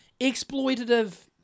exploitative